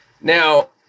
Now